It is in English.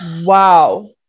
Wow